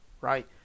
right